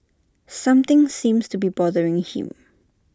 something seems to be bothering him